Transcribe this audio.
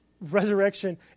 resurrection